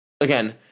Again